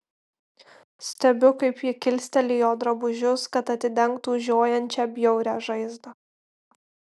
stebiu kaip ji kilsteli jo drabužius kad atidengtų žiojančią bjaurią žaizdą